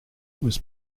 was